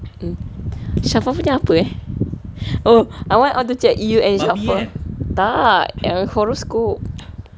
mm shafa punya apa eh oh I want I want to check you and shafa tak horoscope